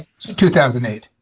2008